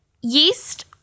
yeast